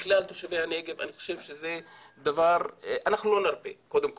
לכלל תושבי הנגב, אנחנו לא נרפה קודם כל,